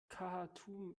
khartum